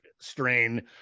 strain